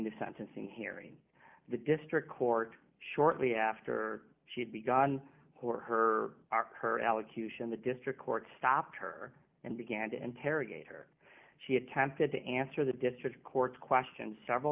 the sentencing hearing the district court shortly after she'd be gone for her allocution the district court stopped her and began to interrogate her she attempted to answer the district court question several